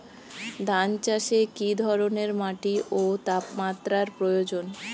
ধান চাষে কী ধরনের মাটি ও তাপমাত্রার প্রয়োজন?